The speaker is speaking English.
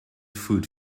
food